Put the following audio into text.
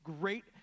great